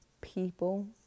People